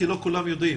כי לא כולם יודעים.